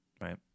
right